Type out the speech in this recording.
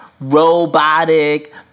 Robotic